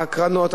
ההקרנות,